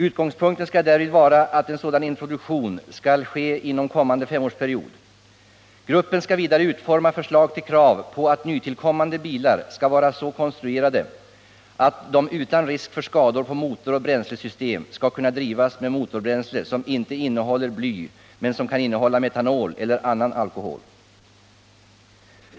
Utgångspunkten skall därvid vara att en sådan introduktion skall ske inom kommande femårsperiod. Gruppen skall vidare utforma förslag till krav på att nytillkommande bilar skall vara så konstruerade att de utan risk för skador på motor och bränslesystem skall kunna drivas med motorbränsle som inte innehåller bly men som kan innehålla metanol eller annan alkohol.